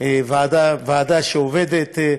ועדה שעובדת,